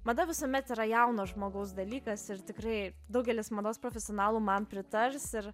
mada visuomet yra jauno žmogaus dalykas ir tikrai daugelis mados profesionalų man pritars ir